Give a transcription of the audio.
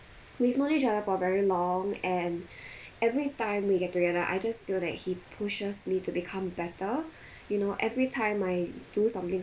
we've known each other for a very long and every time we get together I just feel that he pushes me to become better you know every time I do something